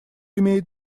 имеет